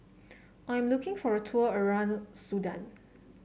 I'm looking for a tour around Sudan